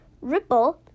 Ripple